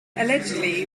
allegedly